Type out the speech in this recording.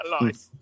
life